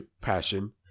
passion